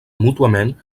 mútuament